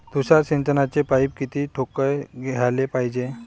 तुषार सिंचनाचे पाइप किती ठोकळ घ्याले पायजे?